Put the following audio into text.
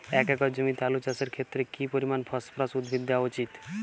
এক একর জমিতে আলু চাষের ক্ষেত্রে কি পরিমাণ ফসফরাস উদ্ভিদ দেওয়া উচিৎ?